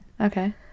Okay